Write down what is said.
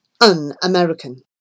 un-American